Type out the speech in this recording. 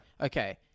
Okay